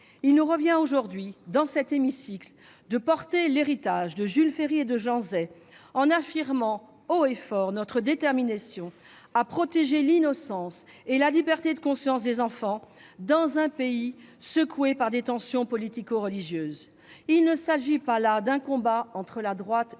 Il nous revient aujourd'hui, dans cet hémicycle, de défendre l'héritage de Jules Ferry et de Jean Zay, en affirmant haut et fort notre détermination à protéger l'innocence et la liberté de conscience des enfants dans un pays secoué par des tensions politico-religieuses. Il s'agit non pas d'un combat entre la droite et